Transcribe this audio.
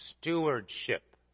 stewardship